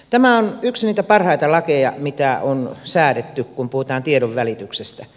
tämä on yksi niitä parhaita lakeja mitä on säädetty kun puhutaan tiedonvälityksestä